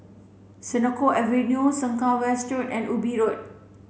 Senoko Avenue Sengkang West Road and Ubi Road